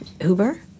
Uber